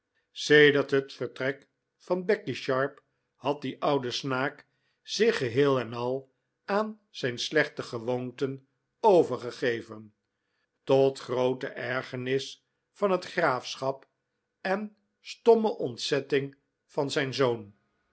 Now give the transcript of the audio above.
sedert het vertrek van becky sharp had die oude snaak zich geheel en al aan zijn slechte gewoonten overgegeven tot groote ergernis van het graafschap en stomme ontzetting van zijn zoon